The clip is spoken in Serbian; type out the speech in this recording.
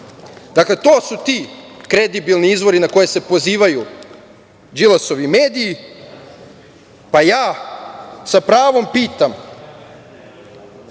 Vučića. Dakle, to su ti kredibilni izvori na koje se pozivaju Đilasovi mediji, pa ja sa pravom pitam,